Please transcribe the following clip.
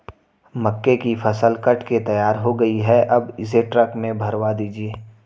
मक्के की फसल कट के तैयार हो गई है अब इसे ट्रक में भरवा दीजिए